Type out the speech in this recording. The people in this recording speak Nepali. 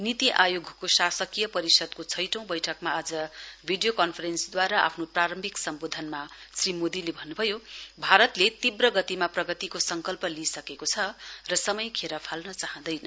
नीति आयोगको शासकीय परिषदको छैटौं बैठकमा आज भिडियो कन्फरेन्सदूवारा आफ्नो प्रारभ्रिमक सम्बोधनमा श्री मोदीले भन्नुभयो भारतले तीब्र गतिमा प्रगतिको संकल्प लिइसकेको छ र समय खेर फाल्न चाँहदैन